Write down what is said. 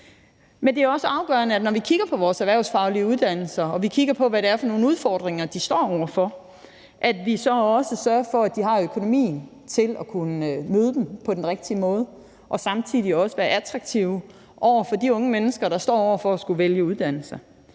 Men det er også afgørende, når vi kigger på vores erhvervsfaglige uddannelser, og når vi kigger på, hvad det er for nogle udfordringer, de står over for, at vi så sørger for, at de har økonomien til at møde dem på den rigtige måde og samtidig være attraktive for de unge mennesker, der står over for at skulle vælge uddannelse.